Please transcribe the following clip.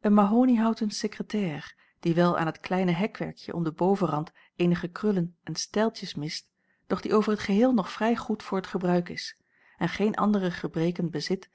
een mahoniehouten sécrétaire die wel aan het kleine hekwerkje om den bovenrand eenige krullen en stijltjes mist doch die over t geheel nog vrij goed voor t gebruik is en geen andere gebreken bezit